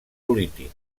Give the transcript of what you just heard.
polític